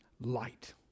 light